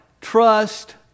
Trust